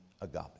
agape